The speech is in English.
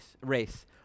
race